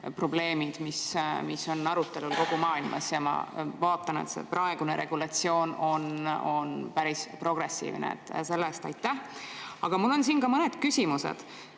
probleemid on arutelul kogu maailmas ja ma vaatan, et praegune regulatsioon on päris progressiivne. Selle eest aitäh! Aga mul on siin mõned küsimused.